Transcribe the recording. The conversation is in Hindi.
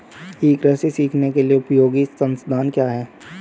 ई कृषि सीखने के लिए उपयोगी संसाधन क्या हैं?